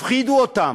הפחידו אותם.